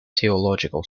theological